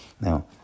now